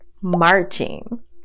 marching